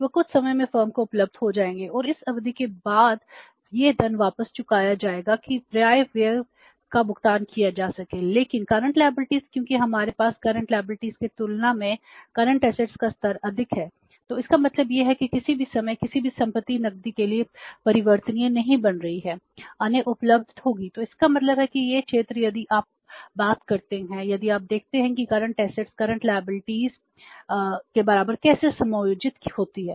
वे कुछ समय में फर्म को उपलब्ध हो जाएंगे और उस अवधि के बाद यह धन वापस चुकाया जाएगा कि पर्याप्त व्यव का भुगतान किया जा सके लेकिन करंट लायबिलिटीज के बराबर कैसे समायोजित होती है